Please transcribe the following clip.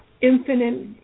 infinite